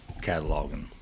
cataloging